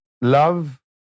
love